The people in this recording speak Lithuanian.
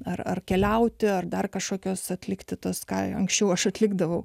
ar keliauti ar dar kažkokios atlikti toskanoje anksčiau aš atlikdavau